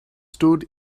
stood